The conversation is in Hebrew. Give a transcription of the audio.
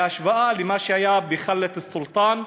בהשוואה למה שהיה בח'לת-אלסולטאן,